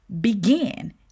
begin